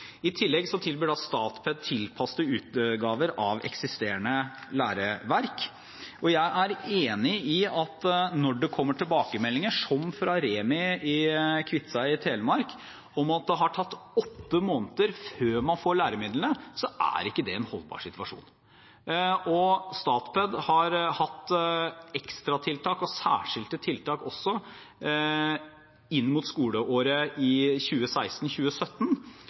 I tillegg tilbyr Statped tilpassede utgaver av eksisterende læreverk, og jeg er enig i at når det kommer tilbakemeldinger, som fra Remi i Kviteseid i Telemark, om at det har tatt åtte måneder før man får læremidler, så er ikke det en holdbar situasjon. Statped har hatt ekstratiltak og særskilte tiltak også for skoleåret